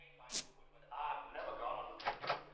but ah i've never gone on a different